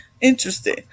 Interesting